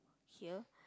here